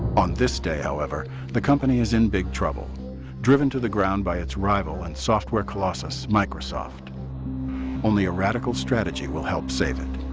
on this day however, the company is in big trouble driven to the ground by its rival and software colossus microsoft only a radical strategy will help save it.